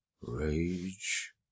Rage